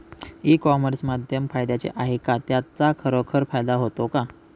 E commerce माध्यम फायद्याचे आहे का? त्याचा खरोखर फायदा होतो का?